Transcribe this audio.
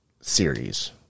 series